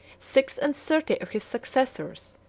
six-and-thirty of his successors,